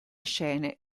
scene